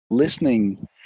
listening